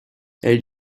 elle